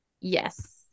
Yes